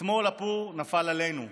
אתמול הפור נפל עלינו,